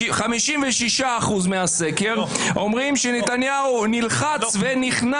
56% מהסקר אומרים שנתניהו נלחץ ונכנס